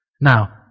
Now